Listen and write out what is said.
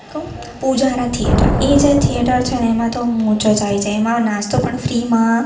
કહું પુજારા થિએટર એ જે થિએટર છે ને એમાં તો મોજ જ આવી જાય એમાં નાસ્તો પણ ફ્રીમાં